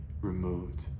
removed